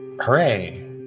Hooray